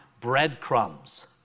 breadcrumbs